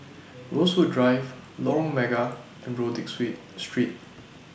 Rosewood Drive Lorong Mega and Rodyk Street Street